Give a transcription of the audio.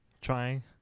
trying